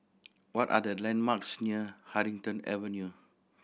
what are the landmarks near Huddington Avenue